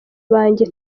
banjye